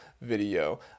video